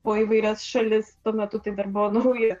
po įvairias šalis tuo metu tai dar buvo nauji